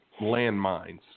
landmines